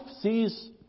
sees